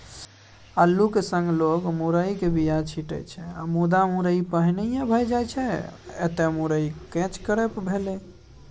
अल्लुक संग लोक मुरयक बीया छीटै छै मुदा मुरय पहिने भए जाइ छै एतय मुरय कैच क्रॉप भेलै